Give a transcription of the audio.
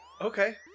Okay